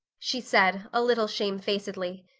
she said, a little shamefacedly.